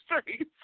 streets